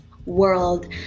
world